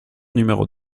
numéro